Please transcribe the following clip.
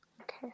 okay